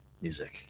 music